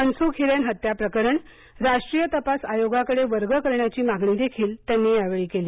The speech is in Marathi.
मनसुख हिरेन हत्या प्रकरण राष्ट्रीय तपास आयोगाकडे वर्ग करण्याची मागणी देखील त्यांनी यावेळी केली